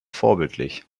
vorbildlich